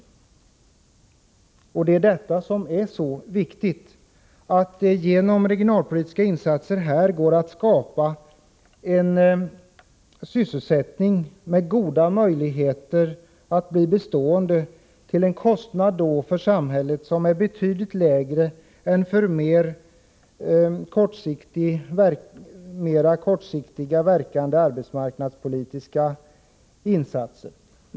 Det är just detta som är så viktigt — att det genom regionalpolitiska insatser här går att skapa en sysselsättning som har goda möjligheter att bli bestående, till en kostnad för samhället som är betydligt lägre än för mer kortsiktigt verkande arbetsmarknadspolitiska insatser.